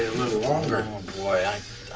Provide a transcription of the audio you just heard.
little longer. oh boy,